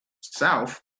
South